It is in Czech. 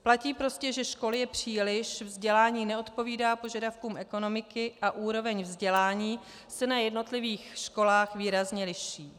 Platí prostě, že škol je příliš, vzdělání neodpovídá požadavkům ekonomiky a úroveň vzdělání se na jednotlivých školách výrazně liší.